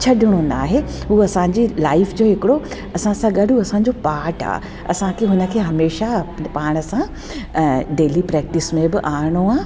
छॾणो न आहे उहा असांजी लाइफ जो हिकिड़ो असां सां गॾु उहो असांजो पाट आहे असांखे हुन खे हमेशह पाण सां डेली प्रेक्टिस में बि आरणो आहे